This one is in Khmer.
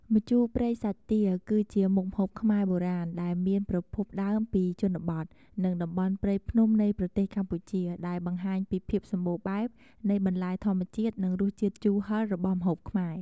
ម្ជូរព្រៃសាច់ទា គឺជាមុខម្ហូបខ្មែរបុរាណ ដែលមានប្រភពដើមពីជនបទ និងតំបន់ព្រៃភ្នំនៃប្រទេសកម្ពុជា ដែលបង្ហាញពីភាពសម្បូរបែបនៃបន្លែធម្មជាតិ និងរសជាតិជូរហឹររបស់ម្ហូបខ្មែរ។